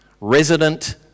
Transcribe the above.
resident